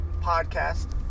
podcast